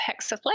Hexaflex